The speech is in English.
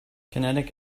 kinetic